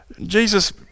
Jesus